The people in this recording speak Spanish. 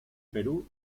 perú